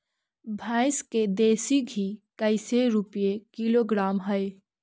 भैंस के देसी घी कैसे रूपये किलोग्राम हई?